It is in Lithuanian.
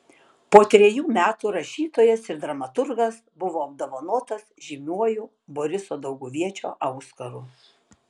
po trejų metų rašytojas ir dramaturgas buvo apdovanotas žymiuoju boriso dauguviečio auskaru